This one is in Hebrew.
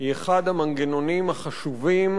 היא אחד המנגנונים החשובים,